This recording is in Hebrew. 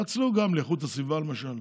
פצלו גם לאיכות הסביבה, למשל.